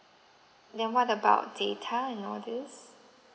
then what about data and all this